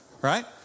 Right